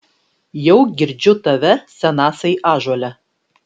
jau girdžiu tave senasai ąžuole